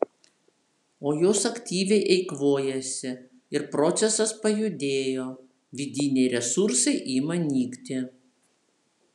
o jos aktyviai eikvojasi ir procesas pajudėjo vidiniai resursai ima nykti